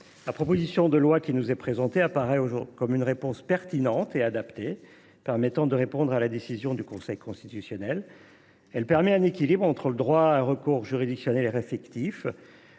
La proposition de loi qui nous est présentée apparaît comme une réponse pertinente et adaptée à la décision du Conseil constitutionnel. Elle permet un équilibre entre le droit à un recours juridictionnel effectif,